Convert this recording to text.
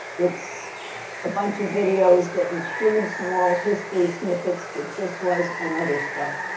it's a bunch of videos that include some oral history snippets, which this was, and other stuff.